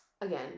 again